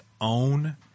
own